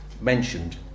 mentioned